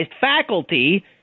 faculty